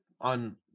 on